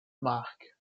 marc